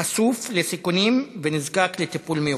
חשוף לסיכונים ונזקק לטיפול מיוחד.